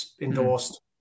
endorsed